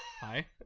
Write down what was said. Hi